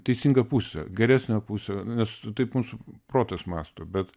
teisingą pusę geresnę pusę nes taip mūsų protas mąsto bet